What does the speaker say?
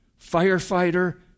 firefighter